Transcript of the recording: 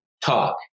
talk